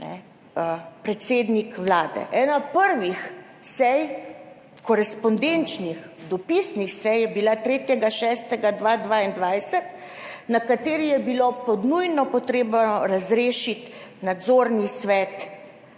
predsednik Vlade. Ena prvih sej korespondenčnih, dopisnih sej je bila 3. 6. 2022, na kateri je bilo pod nujno potrebno razrešiti nadzorni svet